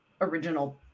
original